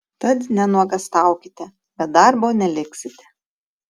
tad nenuogąstaukite be darbo neliksite